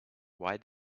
why